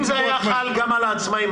אם המתווה הזה היה חל גם על העצמאים,